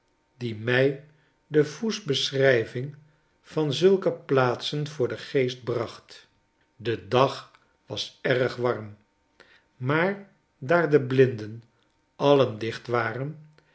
die mij defoe's beschrijving van zulke plaatsen voor den geest bracht de dag was erg warm maar daar de blinden alien dicht waren